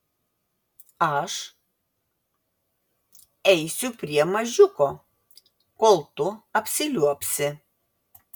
aš eisiu prie mažiuko kol tu apsiliuobsi